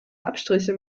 abstriche